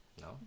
No